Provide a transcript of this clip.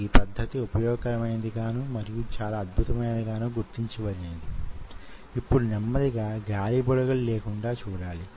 ఈ సంకోచం మరేమీ కాదు కానీ వొక విధమైన శక్తి మాత్రం కలిగి వుంటుంది